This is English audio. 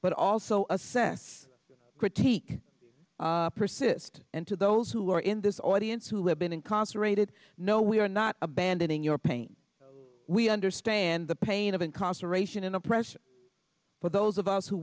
but also assess critique persist and to those who are in this audience who have been in concentrated no we are not abandoning your pain we understand the pain of incarceration and oppression for those of us who